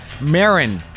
Marin